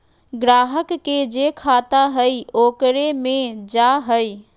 ग्राहक के जे खाता हइ ओकरे मे जा हइ